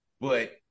but-